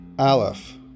Aleph